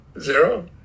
zero